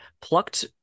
plucked